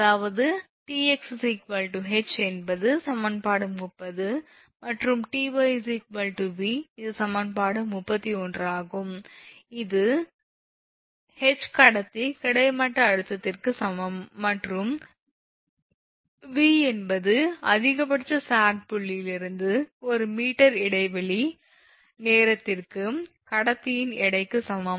அதாவது 𝑇𝑥 𝐻 என்பது சமன்பாடு 30 மற்றும் 𝑇𝑦 𝑉 இது சமன்பாடு 31 ஆகும் இங்கு 𝐻 கடத்தி கிடைமட்ட அழுத்தத்திற்கு சமம் மற்றும் 𝑉 என்பது அதிகபட்ச சாக் புள்ளியிலிருந்து ஒரு மீட்டர் இடைவெளி நேரத்திற்கு கடத்தியின் எடைக்கு சமம்